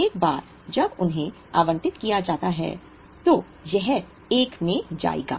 एक बार जब उन्हें आवंटित किया जाता है तो यह 1 में जाएगा